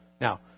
Now